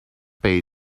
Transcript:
page